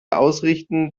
ausrichten